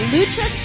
Lucha